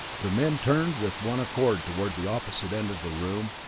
the men turned with one accord toward the opposite end of the room,